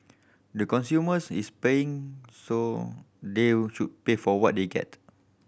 the consumers is paying so they should pay for what they get